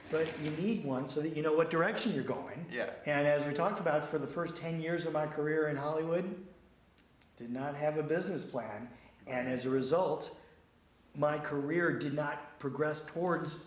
need one so that you know what direction you're going yet and as we talked about for the first ten years of my career in hollywood i did not have a business plan and as a result my career did not progress towards